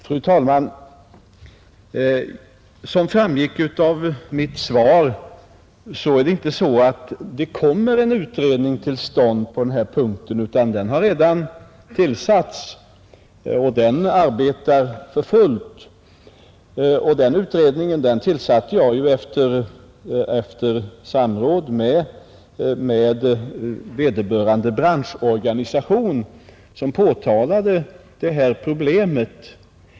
Fru talman! Som framgick av mitt svar är det inte så att det kommer en utredning till stånd på den här punkten, utan den har redan tillsatts och arbetar för fullt. Och den utredningen tillsatte jag efter samråd med vederbörande branschorganisation, som påtalade det här problemet.